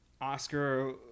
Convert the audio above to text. oscar